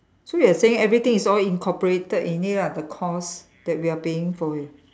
so you are saying everything is all incorporated in it ah the cost that we are paying for it